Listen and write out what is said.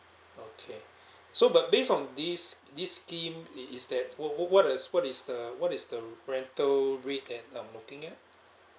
okay so but based on this this scheme is is that what what what does what is the what is the rental rate that I'm looking at